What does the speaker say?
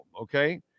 okay